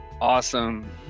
Awesome